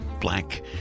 black